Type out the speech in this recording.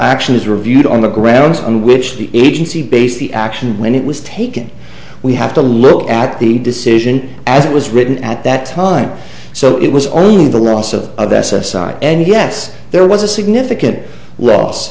action is reviewed on the grounds on which the agency based the action when it was taken we have to look at the decision as it was written at that time so it was only the loss of of s s i and yes there was a significant